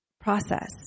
process